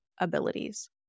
abilities